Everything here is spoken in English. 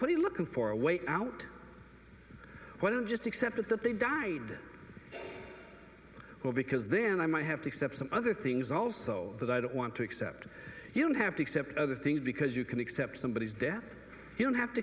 he looking for a way out why don't just accept it that they died or because then i might have to accept some other things also that i don't want to accept you don't have to accept other things because you can accept somebody's death you don't have to